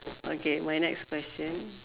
okay my next question